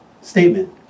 Statement